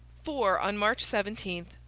for, on march seventeen,